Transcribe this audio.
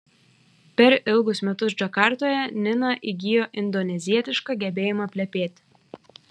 per ilgus metus džakartoje nina įgijo indonezietišką gebėjimą plepėti